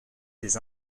des